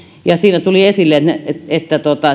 siinä tuli esille että